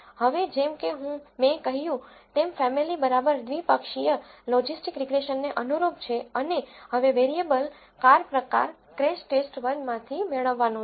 હવે જેમ કે મેં કહ્યું તેમ ફેમીલી બાઈનોમીઅલfamilybinomial લોજિસ્ટિક રીગ્રેસનને અનુરૂપ છે અને હવે વેરિયેબલ કાર પ્રકાર ક્રેશ ટેસ્ટ અન્ડરસ્કોર 1crashTest 1 માંથી મેળવવાનો છે